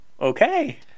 Okay